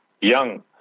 young